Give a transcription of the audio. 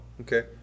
okay